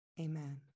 Amen